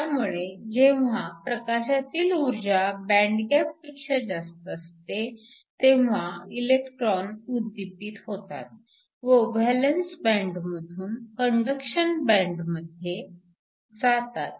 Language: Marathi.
त्यामुळे जेव्हा प्रकाशातील ऊर्जा बँड गॅप पेक्षा जास्त असते तेव्हा इलेक्ट्रॉन उद्दीपित होतात व व्हॅलन्स बँडमधून कंडक्शन बँड मध्ये जातात